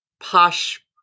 posh